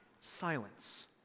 silence